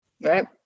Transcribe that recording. Right